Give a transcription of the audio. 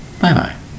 Bye-bye